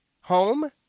home